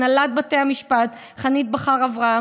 הנהלת בתי המשפט חנית בכר-אברהם,